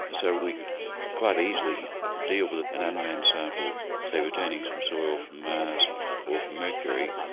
so we could quite easily deal with an unmanned sample, say, returning some soil from mars or from mercury,